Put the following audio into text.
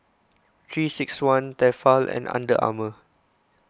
three six one Tefal and Under Armour